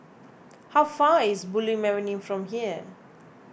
how far is Bulim Avenue from here